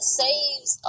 saves